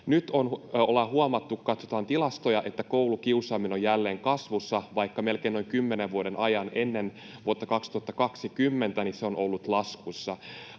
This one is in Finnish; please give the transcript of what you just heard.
kun katsotaan tilastoja, että koulukiusaaminen on jälleen kasvussa, vaikka melkein noin kymmenen vuoden ajan ennen vuotta 2020 se on ollut laskussa.